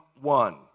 one